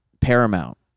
Paramount